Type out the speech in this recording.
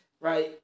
Right